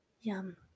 yum